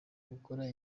gukora